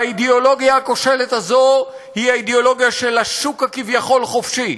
והאידיאולוגיה הכושלת הזאת היא האידיאולוגיה של השוק הכביכול-חופשי.